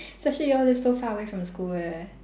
especially you all live so far away from the school leh